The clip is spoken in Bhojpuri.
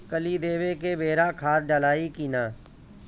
कली देवे के बेरा खाद डालाई कि न?